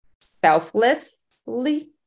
selflessly